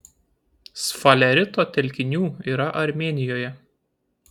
sfalerito telkinių yra armėnijoje